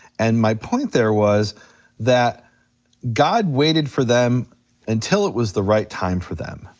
and my point there was that god waited for them until it was the right time for them.